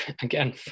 Again